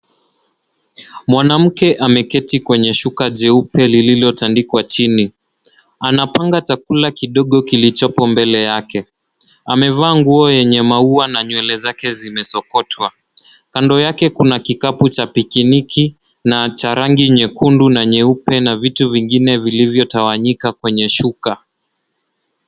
Mwanamke ameketi kwenye shuka jeupe lililotandikwa chini. Anapanga chakula kidogo kilichopo mbele yake. Amevaa nguo yenye maua na nyweke zake zimesokotwa. Kando yake kuna kikapu cha picnic na cha rangi nyekundu na nyeupe na vitu vingine vilivyotawanyika kwenye shuka.